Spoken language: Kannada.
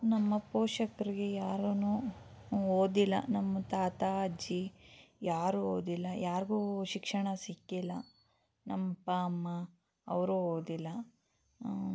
ನಮ್ಮ ಪೋಷಕರಿಗೆ ಯಾರೂ ಓದಿಲ್ಲ ನಮ್ಮ ತಾತ ಅಜ್ಜಿ ಯಾರೂ ಓದಿಲ್ಲ ಯಾರಿಗೂ ಶಿಕ್ಷಣ ಸಿಕ್ಕಿಲ್ಲ ನಮ್ಮ ಅಪ್ಪ ಅಮ್ಮ ಅವರೂ ಓದಿಲ್ಲ